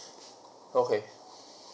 okay